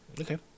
Okay